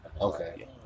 Okay